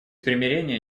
примирения